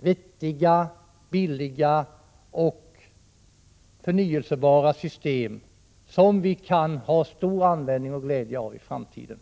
vettiga, billiga och förnyelsebara system som vi kan ha stor användning och glädje av i framtiden.